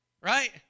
right